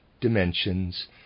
dimensions